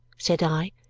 said i,